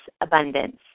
abundance